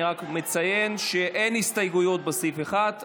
אני מציין שאין הסתייגויות לסעיף 1,